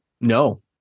no